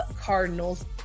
Cardinals